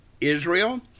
Israel